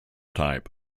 type